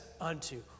unto